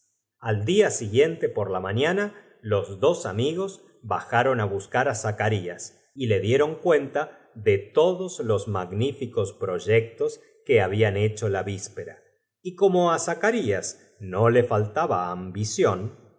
al día iguicnte por la mañana los dos mayer e pus ieron inmediat tmento en caamigos h jaron á buscar á zacarías y le mino para palacio zacarías los babda dieron r uenla de todos los magníficos acom pnñado de buena gana pero como proyectos que habían hecho la víspera erll menester que alguien se quedara en y como á zacadas no le faltnbr ambición